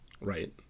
Right